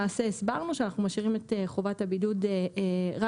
למעשה הסברנו שאנחנו משאירים את חובת הבידוד רק